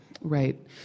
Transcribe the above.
right